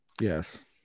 Yes